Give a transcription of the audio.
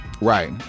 right